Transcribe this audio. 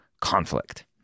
conflict